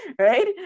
Right